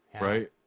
right